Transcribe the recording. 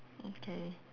okay